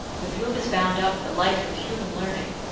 with whom is bound up the life of human learning,